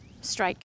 strike